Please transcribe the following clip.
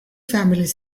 families